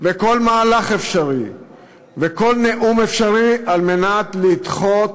וכל מהלך אפשרי וכל נאום אפשרי על מנת לדחות